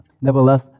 Nevertheless